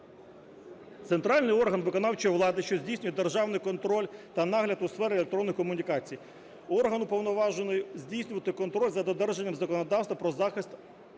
Центральний орган виконавчої влади, що здійснює державний контроль та нагляд у сфері електронних комунікацій. Орган, уповноважений здійснювати контроль за додержанням законодавства про захист персональних